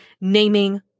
naming